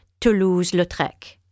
Toulouse-Lautrec